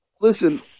listen